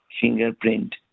fingerprint